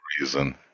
reason